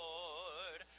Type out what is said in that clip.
Lord